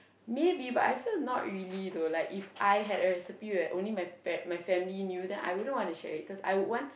maybe but I feel not really though like If I had a recipe where only my pa~ my family knew then I wouldn't want to share it cause I would want